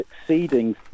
exceeding